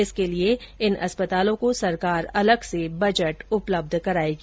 इसके लिए इन अस्पतालों को सरकार अलग से बजट उपलब्ध कराएगी